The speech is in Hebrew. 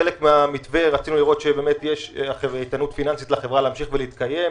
חלק מהמתווה רצינו לראות שיש איתנות פיננסית לחברה להמשיך להתקיים.